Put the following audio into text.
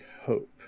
hope